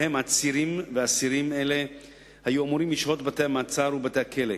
שבהן עצירים ואסירים אלה היו אמורים לשהות בבתי-המעצר ובבתי-הכלא.